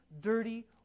dirty